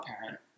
parent